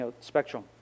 spectrum